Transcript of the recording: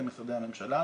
פה זה משרדי הממשלה.